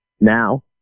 now